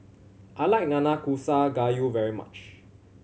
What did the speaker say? I like Nanakusa Gayu very much